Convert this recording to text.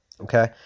okay